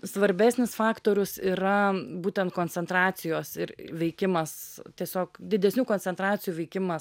svarbesnis faktorius yra būtent koncentracijos ir veikimas tiesiog didesnių koncentracijų veikimas